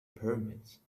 pyramids